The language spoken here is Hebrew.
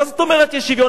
מה זאת אומרת יש שוויון?